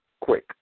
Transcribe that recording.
quick